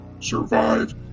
survive